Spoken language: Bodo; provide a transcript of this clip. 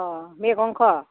अह मेगंख'